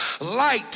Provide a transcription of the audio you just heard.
light